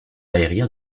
aérien